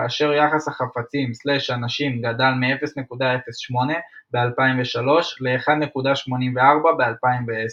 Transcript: כאשר יחס החפצים/אנשים גדל מ-0.08 ב-2003 ל-1.84 ב-2010.